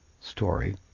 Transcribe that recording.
story